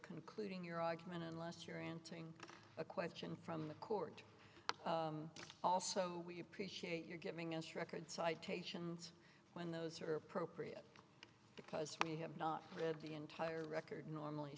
concluding your argument unless you're entering a question from the court also we appreciate your giving us record citations when those are appropriate because you have not read the entire record normally